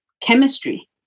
chemistry